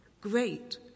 great